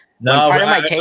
No